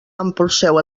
empolseu